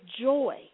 joy